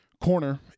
corner